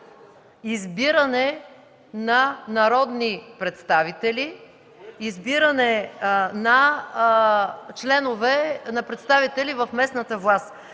избиране на народни представители, избиране на представители в местната власт.